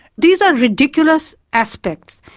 these are ridiculous aspects,